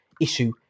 issue